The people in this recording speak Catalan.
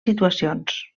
situacions